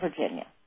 Virginia